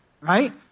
Right